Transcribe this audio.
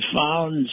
found